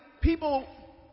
people